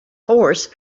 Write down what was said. horse